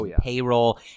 payroll